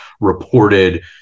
reported